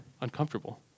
uncomfortable